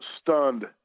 stunned